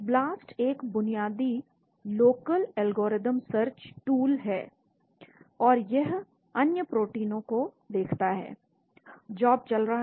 blast एक बुनियादी local algorithm search tool है और यह अन्य प्रोटीनों को देखता है जॉब चल रहा है